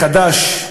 מחדש.